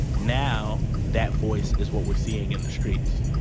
now, that voice is what we're seeing in the streets